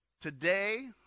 Today